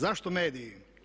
Zašto mediji?